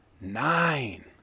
nine